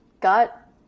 got